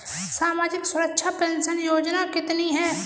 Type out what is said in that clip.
सामाजिक सुरक्षा पेंशन योजना कितनी हैं?